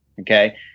Okay